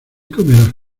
comerás